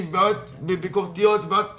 ובעיות ביורוקרטיות ובעיות ממשלתיות,